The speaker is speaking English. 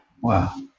Wow